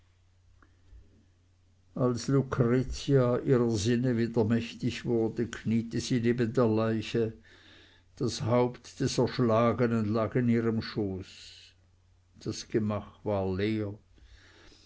als lucretia ihrer sinne wieder mächtig wurde kniete sie neben der leiche das haupt des erschlagenen lag in ihrem schoße das gemach war leer